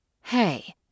Hey